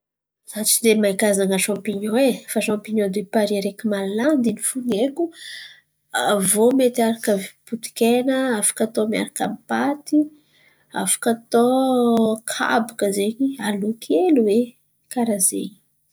Za tsy de mahay karazan̈a sampiniona e fa sampioniona de pary araiky malandy iny fo ny haiko. Aviô mety aharaka potiky hena afaka atô miaraka paty afaka atô kabaka zen̈y aloky hely oe karà zen̈y.